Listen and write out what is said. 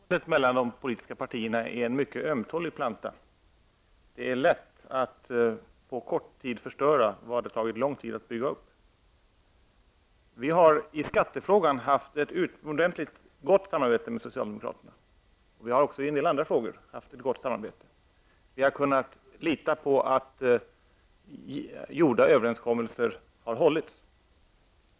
Herr talman! Förtroendet mellan de politiska partierna är en mycket ömtålig planta. Det är lätt att på kort tid förstöra vad som tagit lång tid att bygga upp. Vi i folkpartiet har i skattefrågan haft ett utomordentligt gott samarbete med socialdemokraterna. Jag har också i en del andra frågor haft ett gott samarbete. Vi har kunnat lita på att de överenskommelser som träffats har hållits.